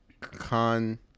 con